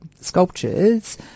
sculptures